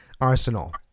Arsenal